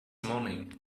morning